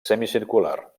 semicircular